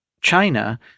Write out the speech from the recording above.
China